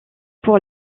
pour